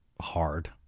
hard